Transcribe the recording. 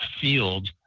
field